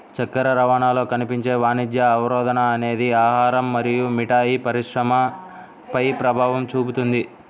చక్కెర రవాణాలో కనిపించే వాణిజ్య అవరోధం అనేది ఆహారం మరియు మిఠాయి పరిశ్రమపై ప్రభావం చూపుతుంది